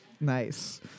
Nice